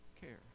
care